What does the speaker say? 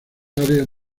áreas